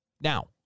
Now